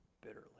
bitterly